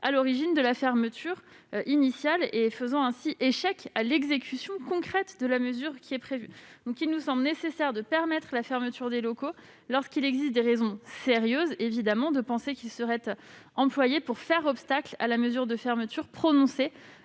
à l'origine de la fermeture initiale y soient diffusés, faisant ainsi échec à l'exécution concrète de la mesure de fermeture prévue. Par conséquent, il nous semble nécessaire de permettre la fermeture des locaux lorsqu'il existe des raisons sérieuses de penser qu'ils seraient employés pour faire obstacle à la mesure de fermeture prononcée